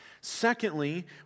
Secondly